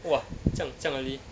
!wah! 这样这样 early